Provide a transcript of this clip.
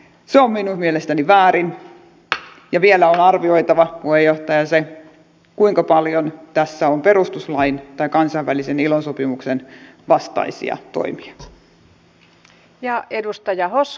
se on minun mielestäni väärin ja vielä on arvioitava puheenjohtaja se kuinka paljon tässä on perustuslain tai kansainvälisen ilo sopimuksen vastaisia toimia